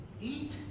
Eat